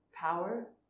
Power